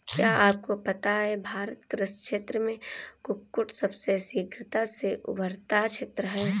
क्या आपको पता है भारत कृषि क्षेत्र में कुक्कुट सबसे शीघ्रता से उभरता क्षेत्र है?